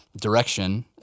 direction